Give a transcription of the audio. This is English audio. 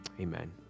Amen